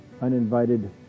uninvited